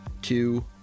two